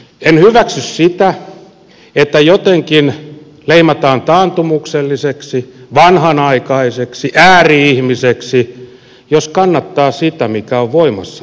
en hyväksy sitä että jotenkin leimataan taantumukselliseksi vanhanaikaiseksi ääri ihmiseksi jos kannattaa sitä mikä on voimassa oleva lainsäädäntö